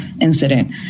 incident